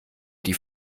die